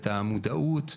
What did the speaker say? את המודעות,